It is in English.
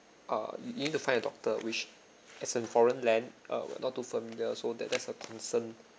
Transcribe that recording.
uh you you need to find a doctor which as in foreign land uh not too familiar so that that's a concern